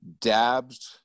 dabbed